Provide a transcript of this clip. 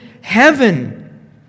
heaven